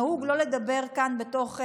נהוג לא לדבר כאן בתוך המליאה.